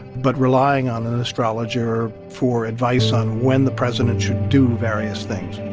but relying on an astrologer for advice on when the president should do various things.